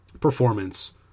performance